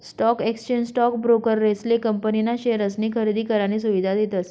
stock exchange stock ब्रोकरेसले company ना शेअर्सनी खरेदी करानी सुविधा देतस